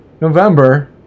November